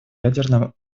ядерным